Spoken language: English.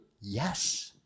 yes